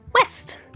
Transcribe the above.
West